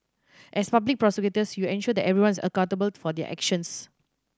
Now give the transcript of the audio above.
as public prosecutors you ensure that everyone is accountable for their actions